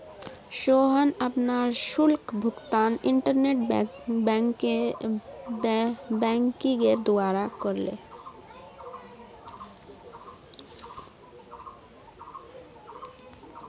सोहन अपनार शुल्क भुगतान इंटरनेट बैंकिंगेर द्वारा करले